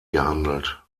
gehandelt